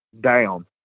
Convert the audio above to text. down